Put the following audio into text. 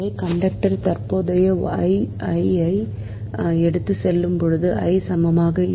எனவே கண்டக்டர் தற்போதைய I ஐ எடுத்துச் செல்லும்போது I சமமாக இருக்கும்